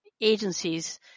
agencies